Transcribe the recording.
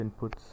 inputs